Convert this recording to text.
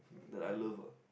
that I love ah